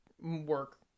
work